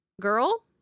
Girl